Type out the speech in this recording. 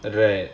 right